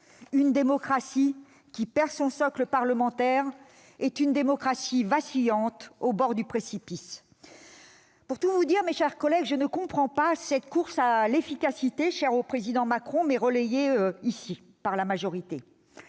Une démocratie qui perd son socle parlementaire est une démocratie vacillante, au bord du précipice. Pour tout vous dire, mes chers collègues, je ne comprends pas cette course à l'efficacité, chère au président Macron, mais relayée ici par la majorité.